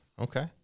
Okay